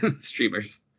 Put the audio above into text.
Streamers